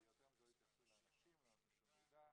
ויותר מזה לא התייחסו לאנשים, לא נתנו שום מידע.